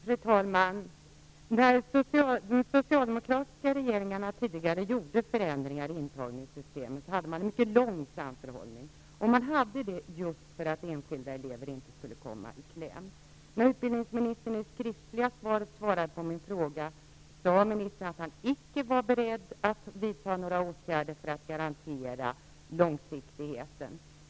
Fru talman! När de socialdemokratiska regeringarna tidigare genomförde förändringar i intagningssystemet hade de en mycket lång framförhållning. De hade det just för att enskilda elever inte skulle komma i kläm. I utbildningsministerns skriftliga svar på min fråga sade ministern att han icke var beredd att vidta några åtgärder för att garantera långsiktigheten.